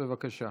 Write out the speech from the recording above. בבקשה.